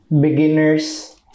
beginners